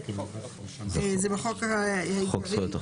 זה בחוק העיקרי.